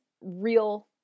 real